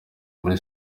muri